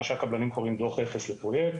מה שהקבלנים קוראים דוח אפס לפרויקט,